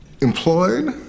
Employed